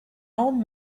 old